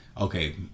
okay